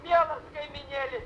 mielas kaimynėli